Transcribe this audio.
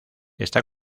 está